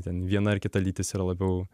ten viena ar kita lytis yra labiau